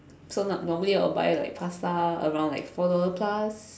so no~ normally I like buy pasta around like four dollar plus